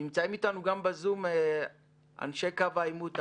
נמצאים איתנו גם בזום אנשים קו העימות,